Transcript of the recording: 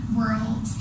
world